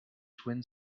twin